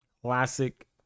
classic